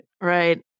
Right